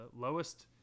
lowest